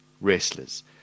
wrestlers